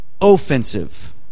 offensive